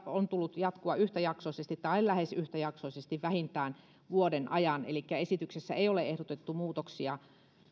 on tullut jatkua yhtäjaksoisesti tai lähes yhtäjaksoisesti vähintään vuoden ajan elikkä esityksessä ei ole ehdotettu muutoksia